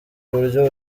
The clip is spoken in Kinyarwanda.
buryo